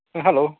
ಹಾಂ ಹಲೋ